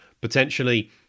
potentially